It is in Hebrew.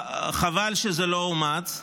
חבל שזה לא אומץ,